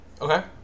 Okay